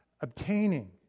obtaining